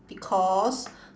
because